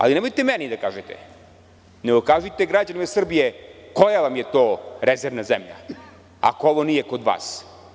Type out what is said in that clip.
Ali, nemojte meni da kažete, nego kažite građanima Srbije koja vam je to rezervna zemlja, ako ovo nije kod vas.